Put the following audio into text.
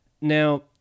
Now